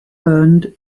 burned